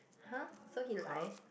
!huh! so he lied